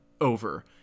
over